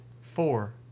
Four